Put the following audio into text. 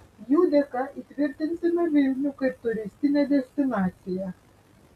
jų dėka įtvirtinsime vilnių kaip turistinę destinaciją